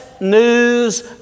news